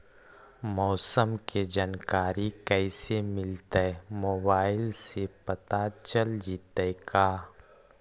मौसम के जानकारी कैसे मिलतै मोबाईल से पता चल जितै का?